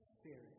spirit